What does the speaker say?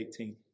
18